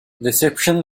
reception